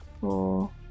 four